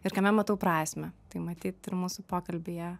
ir kame matau prasmę tai matyt ir mūsų pokalbyje